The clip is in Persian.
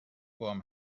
باهام